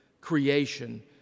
creation